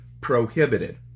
prohibited